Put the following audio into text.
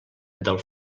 del